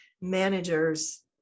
managers